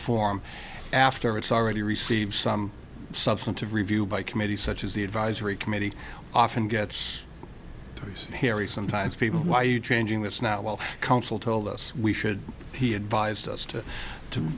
form after it's already received some substantive review by committee such as the advisory committee often gets hairy sometimes people why you changing this now well council told us we should he advised us to